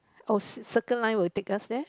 oh Cir~ Circle Line will take us there